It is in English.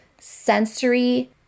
sensory